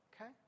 okay